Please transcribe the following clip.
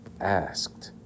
asked